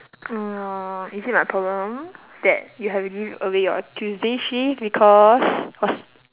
mm is it my problem that you have to give away your tuesday shift because was